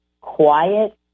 quiet